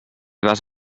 vas